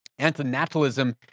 Antinatalism